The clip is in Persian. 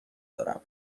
دارم